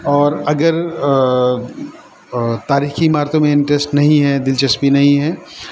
اور اگر تاریخی عمارتوں میں انٹریسٹ نہیں ہے دلچسپی نہیں ہے